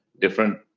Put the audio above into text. different